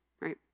right